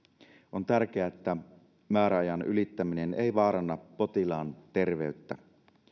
on tärkeää että määräajan ylittäminen ei vaaranna potilaan terveyttä